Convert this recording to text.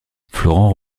florent